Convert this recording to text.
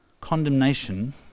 condemnation